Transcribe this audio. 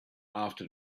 after